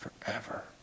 forever